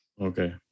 Okay